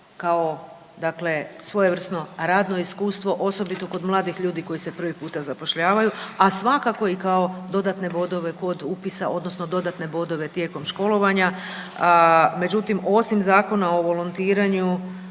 dakle svojevrsno radno iskustvo, osobito kod mladih ljudi koji se prvi puta zapošljavaju, a svakako i kao dodatne bodove kod upisa, odnosno dodatne bodove tijekom školovanja. Međutim, osim Zakona o volontiranju,